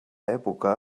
època